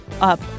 up